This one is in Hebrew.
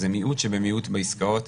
זה מיעוט שבמיעוט בעסקאות,